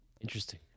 Interesting